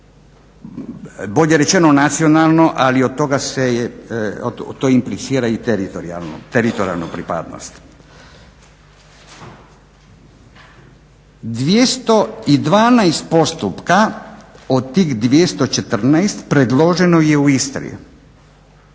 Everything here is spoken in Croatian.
bolje rečeno nacionalno ali od toga se je, to implicira i teritorijalnu pripadnost. 212 postupka od tih 214 predloženo je u Istri,